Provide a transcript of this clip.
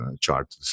chart